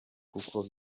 kuko